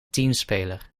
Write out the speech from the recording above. teamspeler